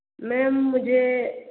ma'am मुझे